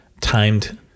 timed